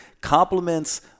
compliments